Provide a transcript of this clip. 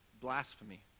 blasphemy